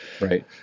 Right